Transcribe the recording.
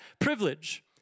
privilege